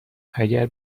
اگر